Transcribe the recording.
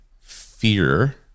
fear